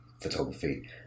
photography